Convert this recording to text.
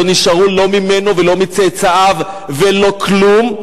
לא נשאר לא ממנו ולא מצאצאיו ולא כלום,